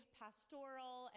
pastoral